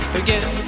again